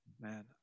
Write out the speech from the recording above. man